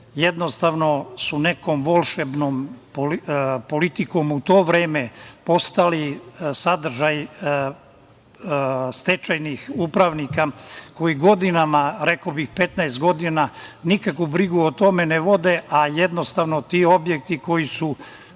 jednostavno su nekom volšebnom politikom u to vreme postali sadržaj stečajnih upravnika koji godinama, rekao bih 15 godina nikakvu brigu o tome ne vode, a jednostavno ti objekti koji su